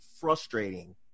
frustrating